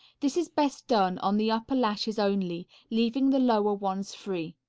this is best done on the upper lashes only, leaving the lower ones free.